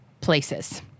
places